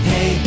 Hey